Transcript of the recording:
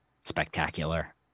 spectacular